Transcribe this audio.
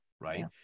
right